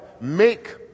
make